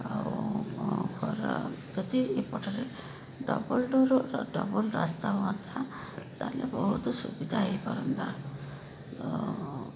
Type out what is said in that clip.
ଆଉ କର ଯଦି ଏପଟରେ ଡବଲ ଡୋର ଡବଲ ରାସ୍ତା ହୁଅନ୍ତା ତାହେଲେ ବହୁତ ସୁବିଧା ହେଇପାରନ୍ତା